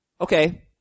Okay